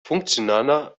funktionaler